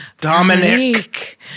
Dominic